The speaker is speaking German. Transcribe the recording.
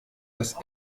das